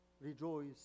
rejoice